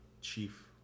Chief